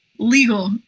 Legal